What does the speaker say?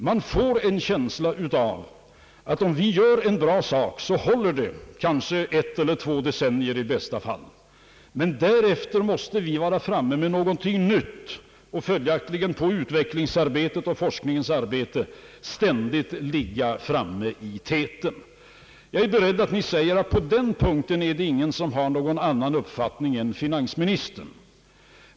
Man får en känsla av att en bra sak som vi tillverkar får vi vara ensamma om under ett eller två decennier i bästa fall, men därefter måste vi komma fram med någonting nytt. Följaktligen måste vi i fråga om utvecklingsarbete och forskningsarbete ständigt ligga framme i täten. Jag är beredd på att ni säger att på den punkten inte finns någon som har en annan uppfattning än finansministern.